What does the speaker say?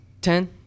Ten